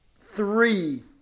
three